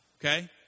okay